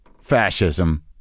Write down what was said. fascism